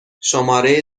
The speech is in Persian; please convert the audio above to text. شماره